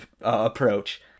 approach